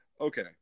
Okay